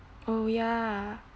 oh ya